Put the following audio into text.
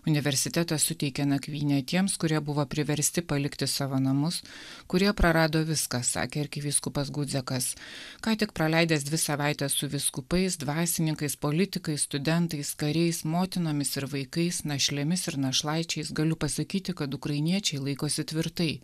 universitetas suteikė nakvynę tiems kurie buvo priversti palikti savo namus kurie prarado viską sakė arkivyskupas gudzėkas ką tik praleidęs dvi savaites su vyskupais dvasininkais politikais studentais kariais motinomis ir vaikais našlėmis ir našlaičiais galiu pasakyti kad ukrainiečiai laikosi tvirtai